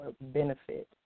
benefit